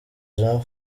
jean